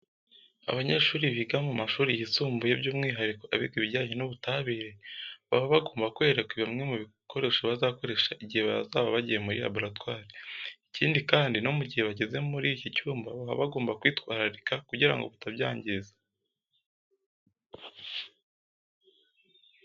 Abanyeshuri biga mu mashuri yisumbuye byumwihariko abiga ibijyanye n'ubutabire, baba bagomba kwerekwa bimwe mu bikoresho bazakoresha igihe bazaba bagiye muri laboratwari. Ikindi kandi no mu gihe bageze muri iki cyumba baba bagomba kwitwararika kugira ngo batabyangiza.